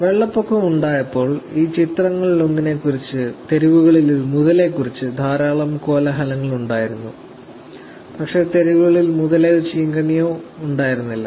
വെള്ളപ്പൊക്കം ഉണ്ടായപ്പോൾ ഈ ചിത്രങ്ങളിലൊന്നിനെക്കുറിച്ച് തെരുവുകളിൽ ഒരു മുതലയെക്കുറിച്ച് ധാരാളം കോലാഹലങ്ങൾ ഉണ്ടായിരുന്നു പക്ഷേ തെരുവുകളിൽ മുതലയോ ചീങ്കണ്ണിയോ ഉണ്ടായിരുന്നില്ല